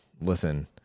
Listen